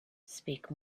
speak